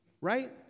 right